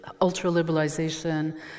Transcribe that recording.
Ultra-liberalization